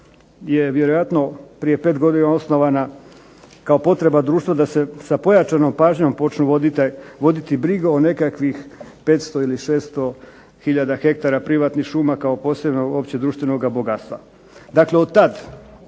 je vjerojatno prije 5 godina osnovana kao potreba društva da se sa pojačanom pažnjom počnu voditi brige o nekakvih 500 ili 600 tisuća hektara privatnih šuma kao posebna uopće društva ovoga bogatstva. Dakle, od tad